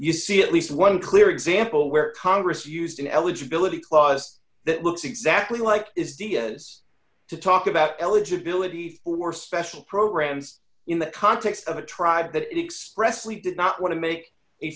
you see at least one clear example where congress used in eligibility clauses that looks exactly like is dia's to talk about eligibility for special programs in the context of a tribe that express we did not want to make a